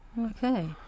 Okay